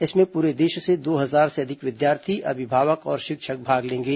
इसमें पूरे देश से दो हजार से अधिक विद्यार्थी अभिभावक और शिक्षक भाग लेंगे